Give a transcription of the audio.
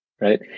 Right